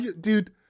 Dude